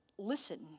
listen